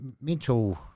mental